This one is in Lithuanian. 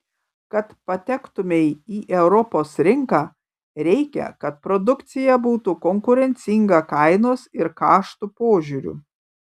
kad patektumei į europos rinką reikia kad produkcija būtų konkurencinga kainos ir kaštų požiūriu